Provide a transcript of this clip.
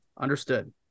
understood